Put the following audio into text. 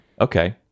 okay